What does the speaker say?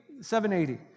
$780